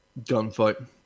gunfight